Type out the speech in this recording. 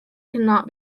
cannot